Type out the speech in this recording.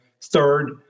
Third